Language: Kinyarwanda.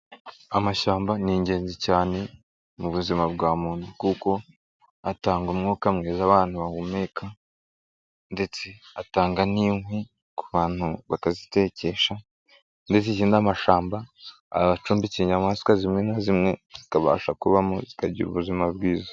Amashyamba ni ingenzi cyane mu buzima bwa muntu kuko atanga umwuka mwiza abantu bahumeka, ndetse atanga n'inkwi ku bantu bakazitekesha, n'amashyamba aba acumbikiye inyamaswa zimwe na zimwe zikabasha kubamo zikagira ubuzima bwiza.